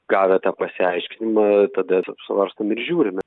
gavę tą pasiaiškinimą tada svarstom ir žiūrime